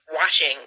watching